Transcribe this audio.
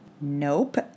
Nope